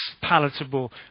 palatable